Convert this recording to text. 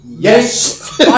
Yes